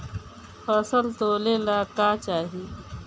फसल तौले ला का चाही?